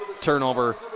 turnover